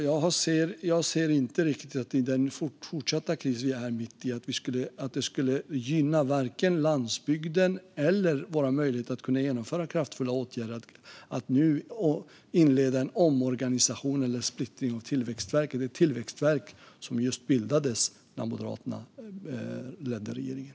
Jag ser inte riktigt att det i den fortsatta kris vi är mitt i skulle gynna vare sig landsbygden eller våra möjligheter att genomföra kraftfulla åtgärder att nu inleda en omorganisation eller splittring av Tillväxtverket, ett tillväxtverk som bildades just när Moderaterna ledde regeringen.